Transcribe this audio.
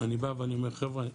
אני בא ואמר 'חבר'ה,